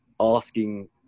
asking